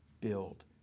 Build